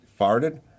Farted